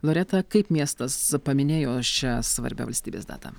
loreta kaip miestas paminėjo šią svarbią valstybės datą